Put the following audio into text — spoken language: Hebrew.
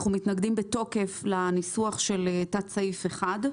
אנחנו מתנגדים בתוקף לניסוח של תת סעיף (1),